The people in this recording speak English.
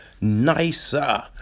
nicer